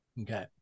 Okay